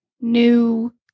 new